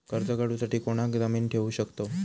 कर्ज काढूसाठी कोणाक जामीन ठेवू शकतव?